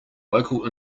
local